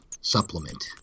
supplement